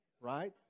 right